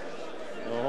והיא נועדה להאריך